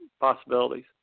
possibilities